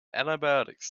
antibiotics